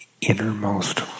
innermost